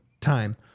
time